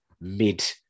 mid